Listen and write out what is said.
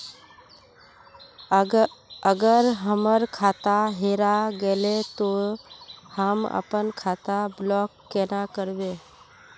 अगर हमर खाता हेरा गेले ते हम अपन खाता ब्लॉक केना करबे?